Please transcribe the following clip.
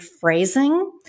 phrasing